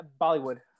Bollywood